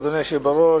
אדוני השר,